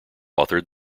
authored